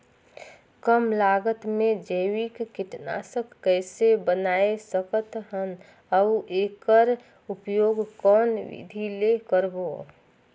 कम लागत मे जैविक कीटनाशक कइसे बनाय सकत हन अउ एकर उपयोग कौन विधि ले करबो?